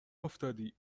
افتادی